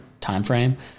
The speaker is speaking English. timeframe